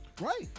right